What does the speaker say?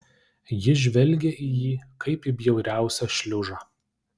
ji žvelgė į jį kaip į bjauriausią šliužą